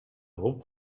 romp